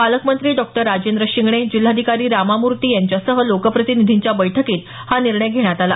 पालकमंत्री डॉ राजेंद्र शिंगणे जिल्हाधिकारी रामामूर्ती यांच्यासह लोकप्रतिनिधींच्या बैठकीत हा निर्णय घेण्यात आला